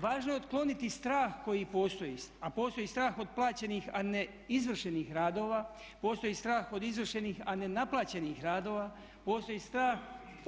Važno je otkloniti strah koji postoj, a postoji strah od plaćenih a ne izvršenih radova, postoji strah od izvršenih a ne naplaćenih radova, postoji strah